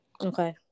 okay